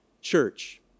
church